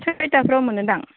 सयताफोराव मोनोदां